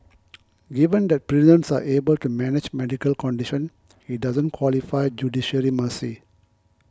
given that prisons are able to manage medical condition he doesn't qualify for judicial mercy